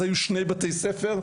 אז היו שני בתי ספר,